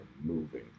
moving